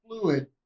fluid